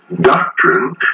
doctrine